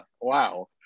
Wow